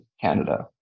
Canada